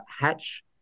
Hatch